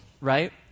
right